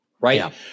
right